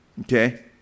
Okay